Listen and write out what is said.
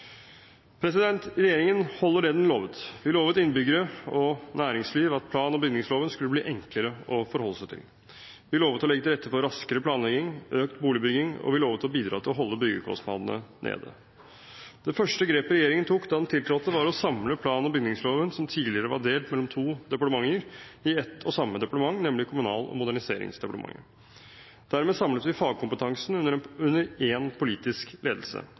Regjeringen holder det den lovet. Den lovet innbyggere og næringsliv at plan- og bygningsloven skulle bli enklere å forholde seg til. Vi lovet å legge til rette for raskere planlegging og økt boligbygging, og vi lovet å bidra til å holde byggekostnadene nede. Det første grepet regjeringen tok da den tiltrådte, var å samle plan- og bygningsloven, som tidligere var delt mellom to departementer, i ett og samme departement, nemlig Kommunal- og moderniseringsdepartementet. Dermed samlet vi fagkompetansen under